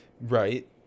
right